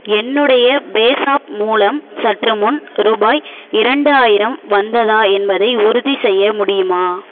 என்னுடைய பேஸாப் மூலம் சற்றுமுன் ரூபாய் இரண்டாயிரம் வந்ததா என்பதை உறுதிசெய்ய முடியுமா